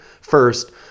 first